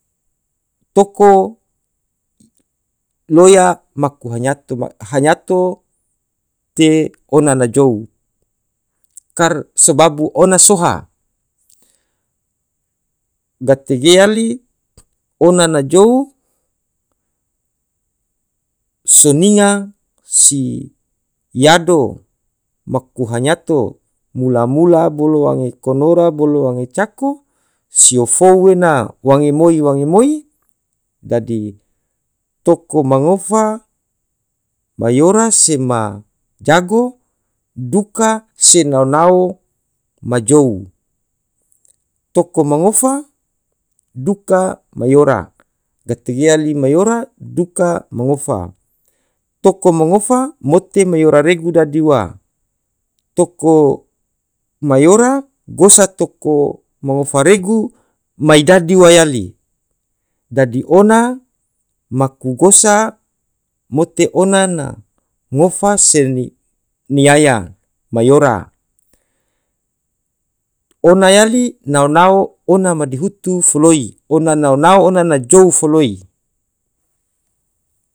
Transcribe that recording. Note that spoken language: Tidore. toko loya maku hanyato hanyato te ona na jou kar sebabu ona soha gate ge yali ona na jou soninga si yado maku hanyato mulu mulu bolo wange konora bolo wange cako sioo fou ena wange moi wange moi dadi toko mangofa. mayora se ma jago duka se nao nao ma jou toko mangofa duka ma yora gate ge yali mayora duka mangofa toko ma ngofa mote mayora regu dadi ua toko mayora gosa toko mangofa regu mai dadi ua yali. dadi ona maku gosa mote ona na ngofa se ni yaya- mayora ona yali nao nao ona madihutu foloi- ona nao nao ona na jou foloi.